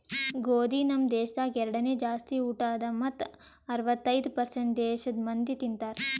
ಗೋದಿ ನಮ್ ದೇಶದಾಗ್ ಎರಡನೇ ಜಾಸ್ತಿ ಊಟ ಅದಾ ಮತ್ತ ಅರ್ವತ್ತೈದು ಪರ್ಸೇಂಟ್ ದೇಶದ್ ಮಂದಿ ತಿಂತಾರ್